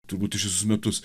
turbūt ištisus metus